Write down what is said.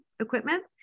equipment